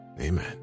amen